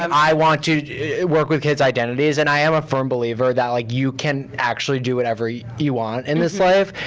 um i want to work with kids' identities, and i am a firm believer that like you can actually do whatever you you want in this life.